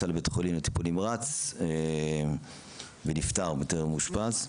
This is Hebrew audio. לבית חולים לטיפול נמרץ ונפטר בטרם אושפז.